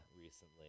recently